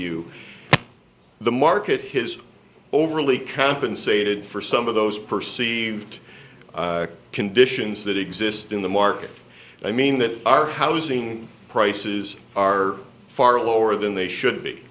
you the market his overly compensated for some of those perceived conditions that exist in the market i mean that our housing prices are far lower than they should be